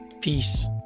Peace